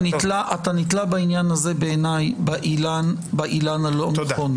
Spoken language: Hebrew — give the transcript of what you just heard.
אתה נתלה בעניין הזה בעיניי באילן הלא נכון.